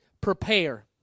Prepare